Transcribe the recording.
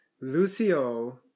Lucio